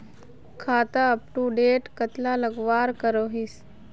खाता अपटूडेट कतला लगवार करोहीस?